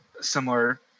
similar